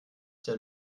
der